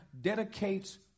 dedicates